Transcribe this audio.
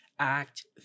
act